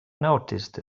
noticed